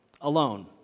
alone